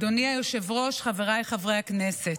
אדוני היושב-ראש, חבריי חברי הכנסת,